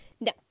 No